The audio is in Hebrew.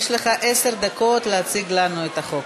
יש לך עשר דקות להציג לנו את החוק.